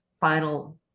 final